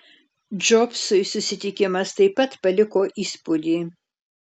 džobsui susitikimas taip pat paliko įspūdį